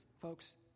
folks